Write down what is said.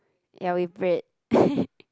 ya with bread